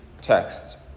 text